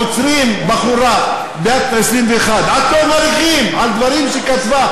עוצרים בחורה בת 21 עד תום ההליכים על דברים שכתבה?